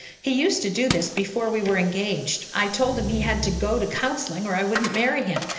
he used to do this before we were engaged. i told him he had to go to counseling or i wouldn't marry him.